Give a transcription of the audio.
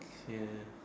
ya